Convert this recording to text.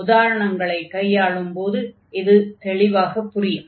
உதாரணங்களைக் கையாளும்போது இது தெளிவாகப் புரியும்